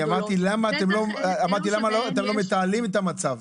אמרתי למה אתם לא מתעלים את המצב?